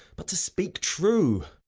but to speak true.